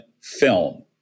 film